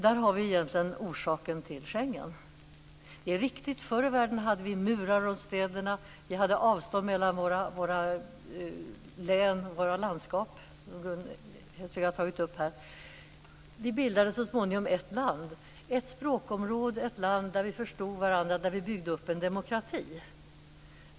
Där har vi egentligen orsaken till Schengensamarbetet. Det är riktigt att vi förr i världen hade murar runt städerna. Vi hade avstånd mellan våra län och våra landskap, som Gun Hellsvik har tagit upp. Vi bildade så småningom ett land och ett språkområde. Vi bildade ett land där vi förstod varandra, där vi byggde upp en demokrati.